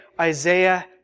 Isaiah